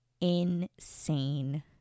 insane